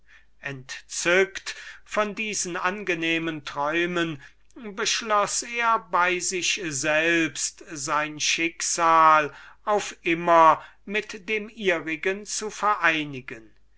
entzückt von diesen angenehmen träumen beschloß er bei sich selbst sein schicksal auf immer mit dem ihrigen zu vereinigen